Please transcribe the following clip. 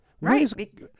Right